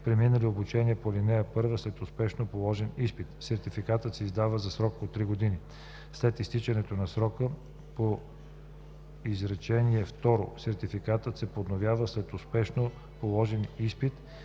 преминали обучение по ал. 1 след успешно положен изпит. Сертификатът се издава за срок три години. След изтичането на срока по изречение второ, сертификат се подновява след успешно положен изпит